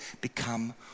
become